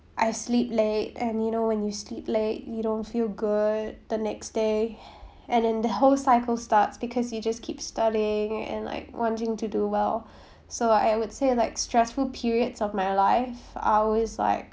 I sleep late and you know when you sleep late you don't feel good the next day and the whole cycle starts because you just keep studying and like wanting to do well so I would say like stressful periods of my life I was like